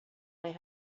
they